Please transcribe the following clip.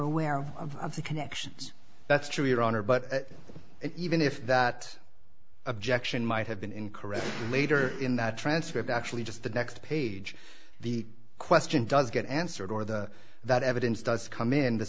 aware of the connections that's true your honor but even if that objection might have been incorrect later in that transcript actually just the next page the question does get answered or the that evidence does come in the